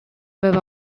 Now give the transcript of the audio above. haver